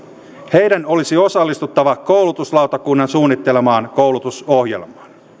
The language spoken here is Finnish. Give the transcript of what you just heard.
heidän olisi osallistuttava koulutuslautakunnan suunnittelemaan koulutusohjelmaan